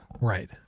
right